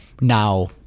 Now